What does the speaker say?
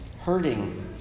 hurting